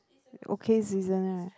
okay season right